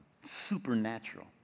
supernatural